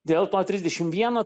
dėl to trisdešim vieno